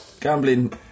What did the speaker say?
gambling